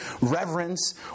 reverence